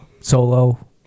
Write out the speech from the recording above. Solo